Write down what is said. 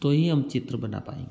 तो ही हम चित्र बना पाएँगे